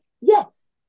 yes